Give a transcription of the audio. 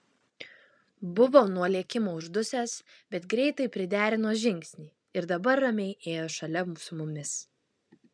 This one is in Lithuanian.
buvo nuo lėkimo uždusęs bet greitai priderino žingsnį ir dabar ramiai ėjo šalia su mumis